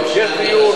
יש דיור,